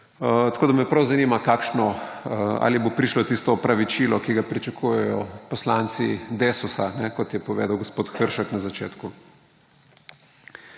Tako da me prav zanima, ali bo prišlo tisto opravičilo, ki ga pričakujejo poslanci Desusa, kot je povedal gospod Hršak na začetku.